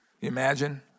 Imagine